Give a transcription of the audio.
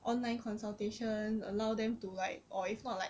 online consultation allow them to like or if not like